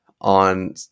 on